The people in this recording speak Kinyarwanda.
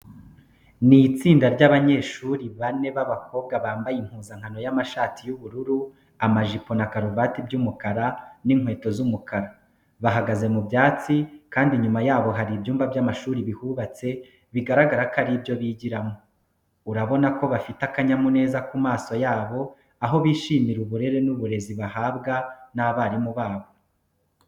Ni itsinda ry'abanyeshuri bane b'abakobwa bambaye impuzangano y'amashati y'ubururu, amajipo na karuvati by'umukara n'inkweto z'umukara. Bahagaze mu byatsi kandi inyuma yabo hari ibyumba by'amashuri bihubatse, bigaragara ko ari ibyo bigiramo. Urabona ko bafite akanyamuneza ku maso yabo, aho bishimira uburere n'uburezi bahabwa n'abarimu babo.